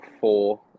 four